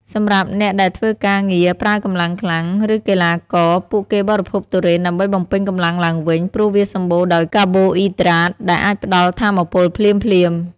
សម្រាប់អ្នកដែលធ្វើការងារប្រើកម្លាំងខ្លាំង ឬកីឡាករ ពួកគេបរិភោគទុរេនដើម្បីបំពេញកម្លាំងឡើងវិញ ព្រោះវាសម្បូរដោយកាបូអ៊ីដ្រាតដែលអាចផ្តល់ថាមពលភ្លាមៗ។